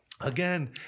again